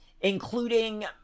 including